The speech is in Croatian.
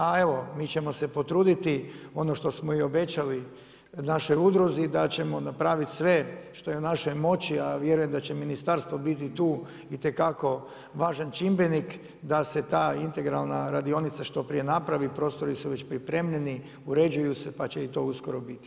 A evo mi ćemo se potruditi ono što smo i obećali našoj udruzi da ćemo napraviti sve što je u našoj moći, a vjerujem da će ministarstvo biti tu itekako važan čimbenik da se ta integralna radionica što prije napravi, prostori su već pripremljeni, uređuju se pa će i to uskoro biti.